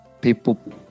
people